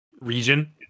region